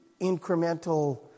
incremental